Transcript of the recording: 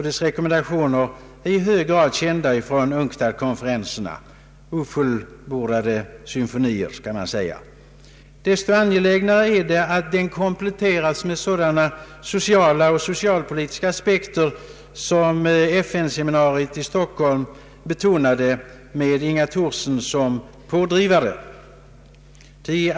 Dess rekommendationer är i hög grad kända från UNCTAD konferenserna, ofullbordade symfonier kan man säga. Desto angelägnare är det att den kompletteras med sådana sociala och socialpolitiska aspekter som FN-seminariet i Stockholm betonade med Inga Thorsson som pådrivare.